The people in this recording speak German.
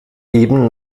eben